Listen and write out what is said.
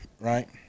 right